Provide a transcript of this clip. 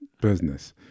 business